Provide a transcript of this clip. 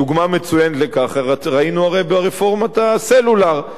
דוגמה מצוינת לכך ראינו הרי ברפורמת הסלולר,